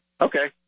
Okay